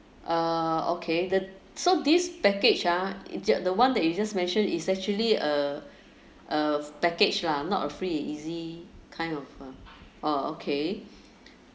uh okay the so this package ah the one that you just mentioned is actually a a package lah not a free and easy kind of a orh okay